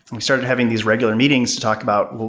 we started having these regular meetings to talk about, well,